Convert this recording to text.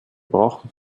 brauchen